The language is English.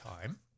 time